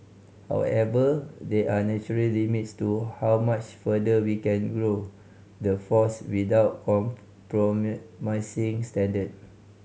however there are natural limits to how much further we can grow the force without compromising standard